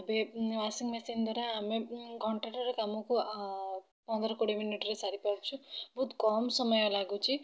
ଏବେ washing machine ଦ୍ୱାରା ଆମେ ଘଣ୍ଟାରେ କାମକୁ ଆ ପନ୍ଦର କୋଡ଼ିଏ ମିନିଟ୍ ରେ ସାରିପାରୁଛୁ ବହୁତ କମ୍ ସମୟ ଲାଗୁଛି